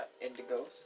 Indigo's